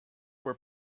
were